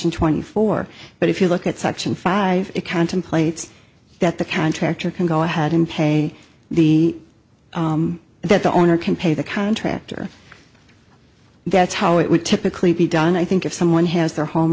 section twenty four but if you look at section five it contemplates that the contractor can go ahead and pay the that the owner can pay the contractor that's how it would typically be done i think if someone has their home